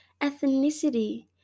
Ethnicity